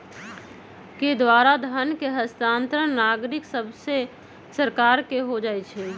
के द्वारा धन के स्थानांतरण नागरिक सभसे सरकार के हो जाइ छइ